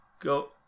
go